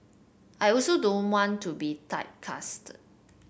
I also don't want to be typecast